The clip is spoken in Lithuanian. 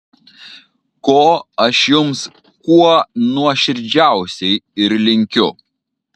ko aš jums kuo nuoširdžiausiai ir linkiu